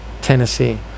Tennessee